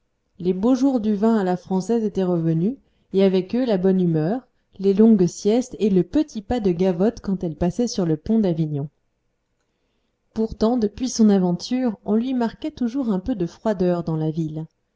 les beaux jours du vin à la française étaient revenus et avec eux la bonne humeur les longues siestes et le petit pas de gavotte quand elle passait sur le pont d'avignon pourtant depuis son aventure on lui marquait toujours un peu de froideur dans la ville